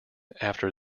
after